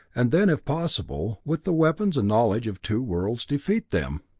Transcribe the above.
and then, if possible, with the weapons and knowledge of two worlds, defeat them.